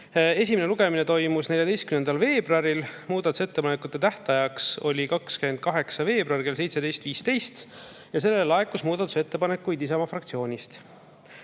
Esimene lugemine toimus 14. veebruaril, muudatusettepanekute tähtaeg oli 28. veebruar kell 17.15 ja selleks ajaks laekus muudatusettepanekuid Isamaa fraktsioonist.